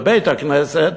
בבית-הכנסת,